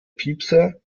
piepser